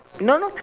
no no